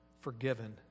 forgiven